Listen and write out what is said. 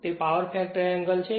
તે power factor angle છે